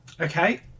Okay